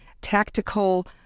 tactical